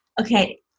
okay